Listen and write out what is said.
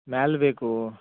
ಮ್ಯಾಲ ಬೇಕು